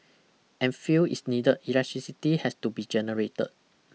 and fuel is needed electricity has to be generated